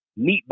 meatballs